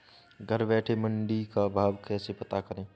घर बैठे मंडी का भाव कैसे पता करें?